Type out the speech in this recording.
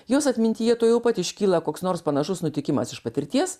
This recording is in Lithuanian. jos atmintyje tuojau pat iškyla koks nors panašus nutikimas iš patirties